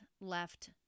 left